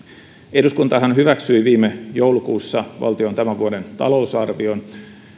eduskuntahan hyväksyi viime joulukuussa valtion tämän vuoden talousarvion